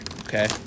okay